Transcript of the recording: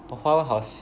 我华文好